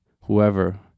whoever